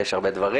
ויש הרבה דברים.